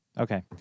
Okay